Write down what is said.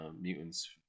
mutants